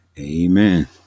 Amen